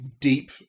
deep